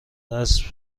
اسب